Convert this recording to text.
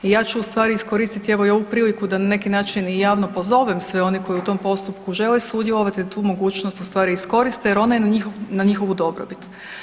I ja ću ustvari iskoristiti evo i ovu priliku da na neki način javno pozovem sve one koji u tom postupku žele sudjelovati, da tu mogućnost ustvari iskoriste jer ona je na njihovu dobrobit.